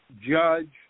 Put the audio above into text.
judge